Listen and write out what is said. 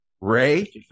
Ray